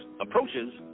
approaches